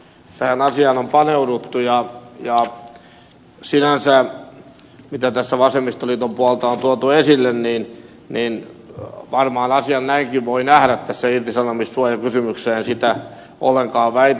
on tietysti hyvä että tähän asiaan on paneuduttu ja sinänsä mitä tässä vasemmistoliiton puolelta on tuotu esille varmaan asian näinkin voi nähdä tässä irtisanomissuojakysymyksessä en sitä ollenkaan väitä